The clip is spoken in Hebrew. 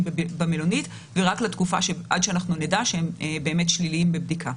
במלונית ורק לתקופה עד שאנחנו נדע שהם באמת שליליים בבדיקה.